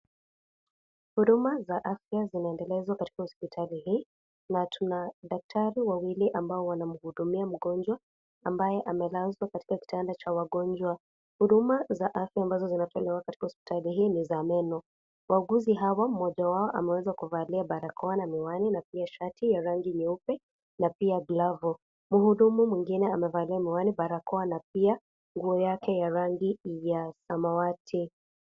Huduma za afya zinaendelezwa katika hosiptali hii na tuna daktari wawili ambao wanahudumia mgonjwa ambaye amelazwa katika kitanda cha wagonjwa. Huduma za afya ambayo zinatolewa katika hosiptali hii ni za meno wauguzi hawa mmoja ameweza kuvalia barakoa na miwani na pia shati ya rangi nyeupe na pia glavu. Muhudumu mwingine ameweza kuvalia miwavi barakoa na pia nguo yake ya rangi ya samawati.